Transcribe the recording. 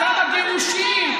כמה גירושים,